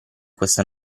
questa